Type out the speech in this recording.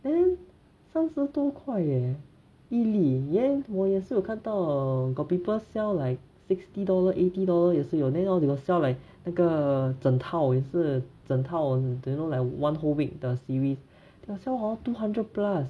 then 三十多块耶一粒 then 我也是有看到 got people sell like sixty dollar eighty dollars 也是有 then hor 有 sell like 那个整套也是整套 you know like one whole week 的 series they sell hor two hundred plus